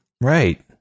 Right